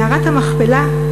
מערת המכפלה,